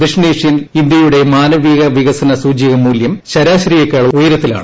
ദക്ഷിണേഷ്യയിൽ ഇന്ത്യയുടെ മാനവിക വികസന സൂചിക മൂല്യം ശരാശരിയെക്കാൾ ഉയരത്തിലാണ്